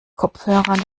kopfhörern